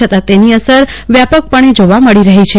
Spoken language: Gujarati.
છતાં તેની અસર વ્યાપક પણે જોવા મળી રહી છે